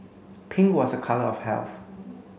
pink was a colour of health